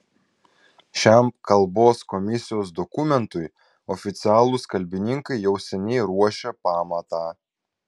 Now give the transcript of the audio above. šiam kalbos komisijos dokumentui oficialūs kalbininkai jau seniai ruošė pamatą